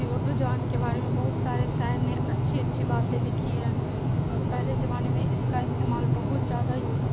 اردو زبان کے بارے میں بہت سارے شاعر نے اچھی اچھی باتیں لکھی ہیں اور پہلے زمانے میں اس کا استعمال بہت زیادہ ہی ہوتا